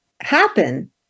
happen